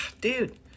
dude